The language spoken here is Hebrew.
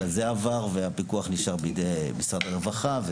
אלא זה עבר והפיקוח נשאר בידי משרד הרווחה,